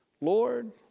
Lord